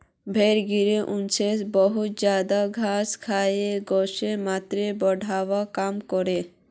भेड़ ग्रीन होउसोत बहुत ज्यादा घास खाए गसेर मात्राक बढ़वार काम क्रोह